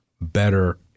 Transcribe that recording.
better